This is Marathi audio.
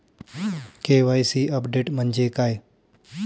के.वाय.सी अपडेट म्हणजे काय?